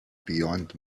beyond